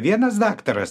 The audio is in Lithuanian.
vienas daktaras